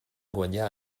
guanyar